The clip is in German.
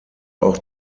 auch